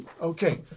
Okay